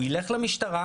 הוא ילך למשטרה,